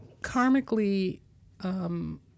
Karmically